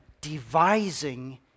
devising